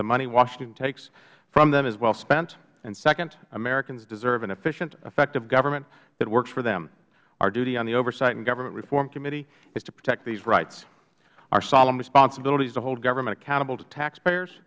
the money washington takes from them is well spent and second americans deserve an efficient effective government that works for them our duty on the oversight and government reform committee is to protect these rights our solemn responsibility is to hold government accountable to taxpayers